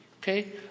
Okay